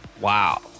Wow